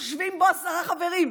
יושבים פה עשרה חברים.